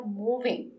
moving